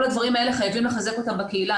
כל הדברים האלה, חייבים לחזק אותם בקהילה.